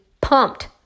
pumped